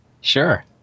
Sure